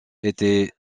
était